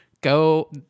go